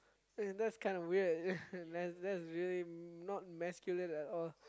that's kinda weird that that's very not masculine at all